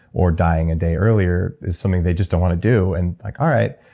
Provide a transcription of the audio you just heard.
or dying a day earlier is something they just don't want to do, and like all right,